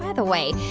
the way,